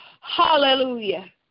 Hallelujah